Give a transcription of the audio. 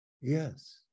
Yes